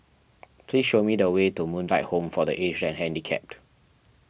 please show me the way to Moonlight Home for the Aged and Handicapped